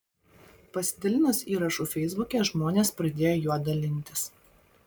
pasidalinus įrašu feisbuke žmonės pradėjo juo dalintis